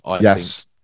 Yes